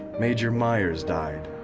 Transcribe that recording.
major myers died.